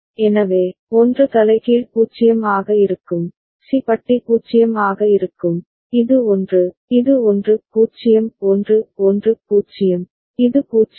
எனவே 1 தலைகீழ் 0 ஆக இருக்கும் சி பட்டி 0 ஆக இருக்கும் இது 1 இது 1 0 1 1 0 இது 0